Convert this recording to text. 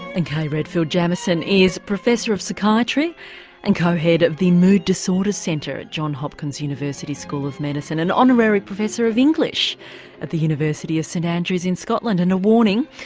and kay redfield jamison is professor of psychiatry and co-head of the mood disorders centre at johns hopkins university school of medicine, and honorary professor of english at the university of st andrews in scotland. and a warning,